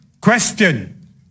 question